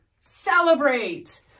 celebrate